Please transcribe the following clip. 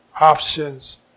options